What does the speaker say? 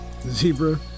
zebra